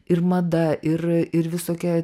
ir mada ir ir visokia